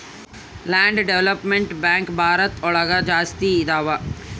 land development bank ಭಾರತ ಒಳಗ ಜಾಸ್ತಿ ಇದಾವ